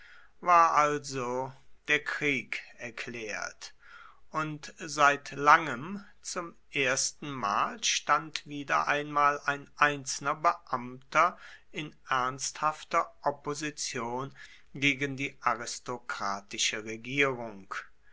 war also der krieg erklärt und seit langem zum erstenmal stand wieder einmal ein einzelner beamter in ernsthafter opposition gegen die aristokratische regierung